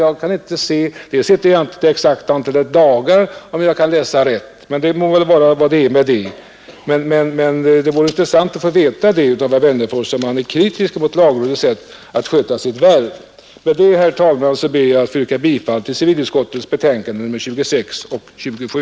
Det var inte exakt det antalet dagar, men det må vara hur det vill med det. Det vore emellertid intressant att få veta av herr Wennerfors, om han är kritisk mot lagrådets sätt att sköta sitt värv. Med det anförda vill jag, herr talman, yrka bifall till civilutskottets hemställan i dess betänkanden nr 26 och 27.